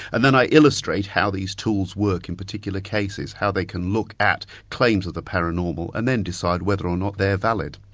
and then i illustrate how these tools work in particular cases, how they can look at claims of the paranormal and then decide whether or not they're valid.